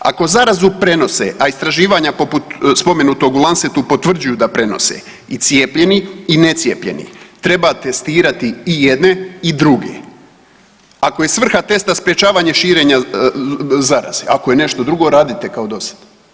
Ako zarazu prenose, a istraživanja poput spomenutog u Lancet-u potvrđuju da prenose i cijepljeni i necijepljeni treba testirati i jedne i druge, ako je svrha testa sprječavanje širenja zaraze, ako je nešto drugo radite kao dosad.